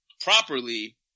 properly